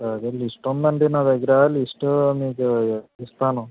అదే లిస్ట్ ఉందండి నా దగ్గర లిస్ట్ మీకు ఇస్తాను